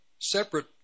separate